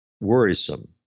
worrisome